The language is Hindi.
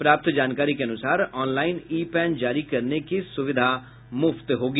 प्राप्त जानकारी के अनुसार ऑनलाईन ई पैन जारी करने की सुविधा मुफ्त होगी